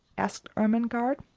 asked ermengarde.